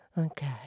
Okay